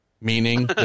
meaning